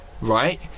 right